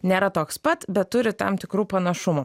nėra toks pat bet turi tam tikrų panašumų